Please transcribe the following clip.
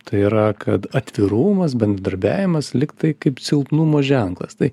tai yra kad atvirumas bendradarbiavimas lygtai kaip silpnumo ženklas tai